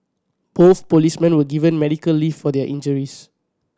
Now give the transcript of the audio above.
both policemen were given medical leave for their injuries